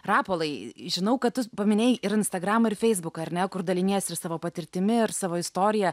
rapolai žinau kad tu paminėjai ir instagramą ir feisbuką ar ne kur daliniesi ir savo patirtimi ir savo istorija